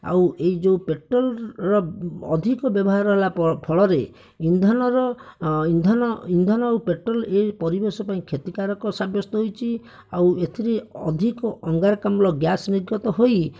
ଆଉ ଏହି ଯେଉଁ ପେଟ୍ରୋଲର ଅଧିକ ବ୍ୟବହାର ହେଲା ଫଳରେ ଇନ୍ଧନର ଇନ୍ଧନ ଇନ୍ଧନ ଆଉ ପେଟ୍ରୋଲ ଏଇ ପରିବେଶ ପାଇଁ କ୍ଷତିକାରକ ସାବ୍ୟସ୍ତ ହୋଇଛି ଆଉ ଏଥିରେ ଅଧିକ ଅଙ୍ଗାରକାମ୍ଲ ଗ୍ୟାସ୍ ନିର୍ଗତ ହୋଇ